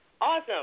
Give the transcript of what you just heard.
Awesome